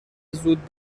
زود